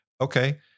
Okay